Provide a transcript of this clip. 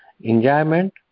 Enjoyment